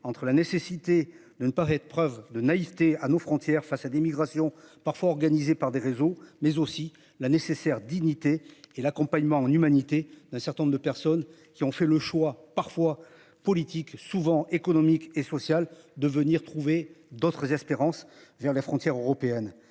entre la nécessité de ne pas être preuve de naïveté à nos frontières face à d'immigration parfois organisée par des réseaux, mais aussi la nécessaire dignité et l'accompagnement en humanité d'un certain nombre de personnes qui ont fait le choix parfois politiques souvent économique et social de venir trouver d'autres espérance vers les frontières européennes,